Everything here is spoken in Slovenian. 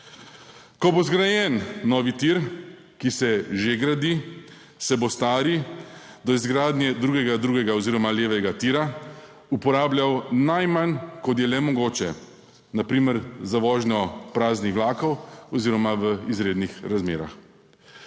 Ko bo zgrajen novi tir, ki se že gradi, se bo stari do izgradnje 2. 2. oziroma levega tira uporabljal najmanj, kot je le mogoče, na primer za vožnjo praznih vlakov oziroma v izrednih razmerah.